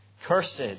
Cursed